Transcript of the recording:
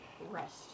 rest